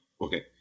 okay